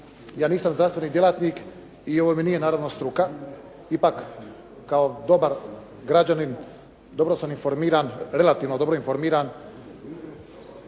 Ja nisam zdravstveni djelatnik i ovo mi nije naravno struka. Ipak, kao dobar građanin, dobro sam informiran, relativno dobro informiran,